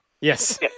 Yes